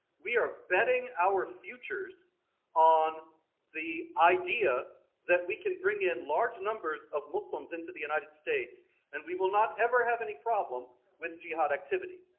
we are betting our futures on the idea that we can bring in large numbers of muslims into the united states and we will not ever have any problem with jihad activity,